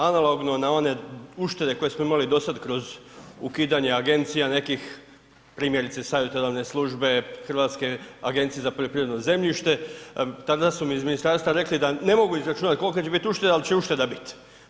Analogno na one uštede koje smo imali do sada kroz ukidanje agencija nekih primjerice savjetodavne službe, Hrvatske agencije za poljoprivredno zemljište tada su mi iz ministarstva rekli da ne mogu izračunati kolika će biti ušteda, ali će ušteda biti.